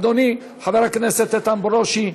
אדוני חבר הכנסת איתן ברושי,